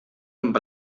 amb